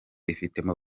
ifitemo